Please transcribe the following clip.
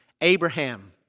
Abraham